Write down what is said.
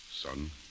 Son